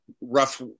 rough